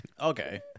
Okay